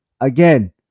Again